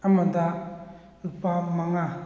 ꯑꯃꯗ ꯂꯨꯄꯥ ꯃꯉꯥ